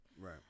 Right